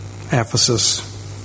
Ephesus